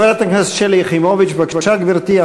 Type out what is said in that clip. חברת הכנסת שלי יחימוביץ, בבקשה, גברתי.